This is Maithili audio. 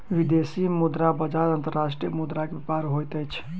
विदेशी मुद्रा बजार अंतर्राष्ट्रीय मुद्रा के व्यापार होइत अछि